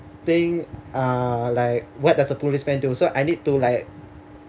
think uh like what does a policeman do so I need to like